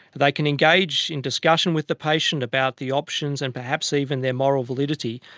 they can engage in discussion with the patient about the options and perhaps even their moral validity,